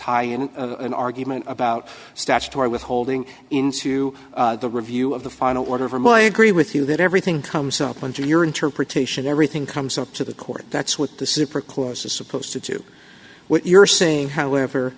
tie in an argument about statutory withholding into the review of the final order from i agree with you that everything comes up under your interpretation everything comes up to the court that's what the super course is supposed to do what you're saying however